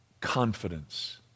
confidence